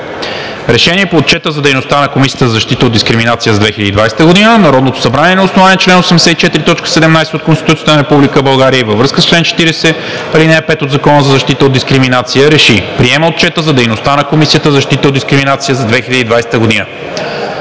РЕШЕНИЕ по Отчета за дейността на Комисията за защита от дискриминация за 2020 г. Народното събрание на основание чл. 84, т. 17 от Конституцията на Република България и във връзка с чл. 40, ал. 5 от Закона за защита от дискриминация РЕШИ: Приема Отчета за дейността на Комисията за защита от дискриминация за 2020 г.“